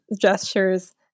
gestures